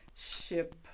ship